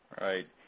right